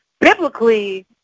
biblically